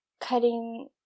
cutting